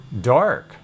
dark